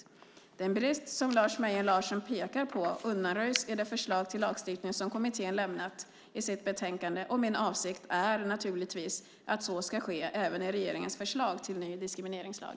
Den brist som Lars Mejern Larsson pekar på undanröjs i det förslag till lagstiftning som kommittén lämnat i sitt betänkande, och min avsikt är naturligtvis att så ska ske även i regeringens förslag till ny diskrimineringslag.